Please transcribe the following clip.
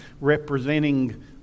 representing